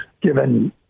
given